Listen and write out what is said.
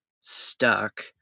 stuck